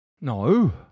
No